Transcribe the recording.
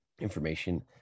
information